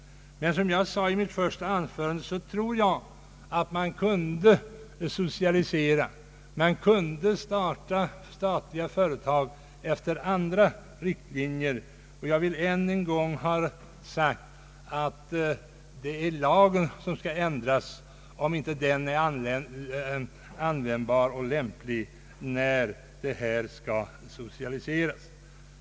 Men såsom jag sade i mitt första anförande tror jag att man kan socialisera och skapa statliga företag efter andra riktlinjer. Jag vill än en gång ha sagt att det är lagen som skall ändras, om den inte är lämplig och användbar när socialisering ovillkorligen skall ske.